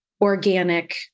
organic